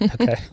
Okay